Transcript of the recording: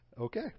Okay